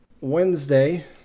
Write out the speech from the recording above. Wednesday